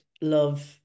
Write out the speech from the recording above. love